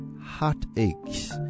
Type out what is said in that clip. heartaches